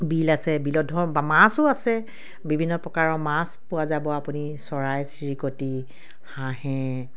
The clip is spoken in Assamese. বিল আছে বিলত ধৰক মাছো আছে বিভিন্ন প্ৰকাৰৰ মাছ পোৱা যাব আপুনি চৰাই চিৰিকটি হাঁহে